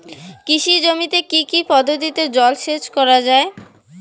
কৃষি জমিতে কি কি পদ্ধতিতে জলসেচ করা য়ায়?